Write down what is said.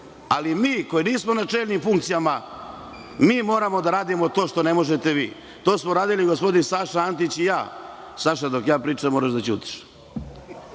ali mi koji nismo na čelnim funkcijama moramo da radimo to što ne možete vi. To smo radili gospodin Saša Antić i ja. Saša, dok ja pričam, moraš da ćutiš,